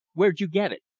where'd you get it?